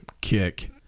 Kick